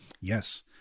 Yes